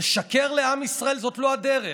לשקר לעם ישראל זאת לא הדרך.